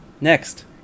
Next